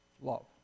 love